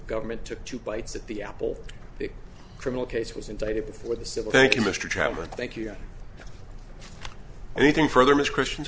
government took two bites at the apple the criminal case was indicted before the civil thank you mr traveler thank you anything further ms christians